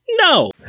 No